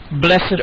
Blessed